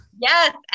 yes